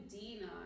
Dina